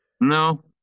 No